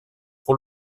pour